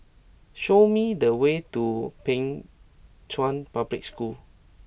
show me the way to Pei Chun Public School